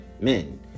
Men